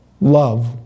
love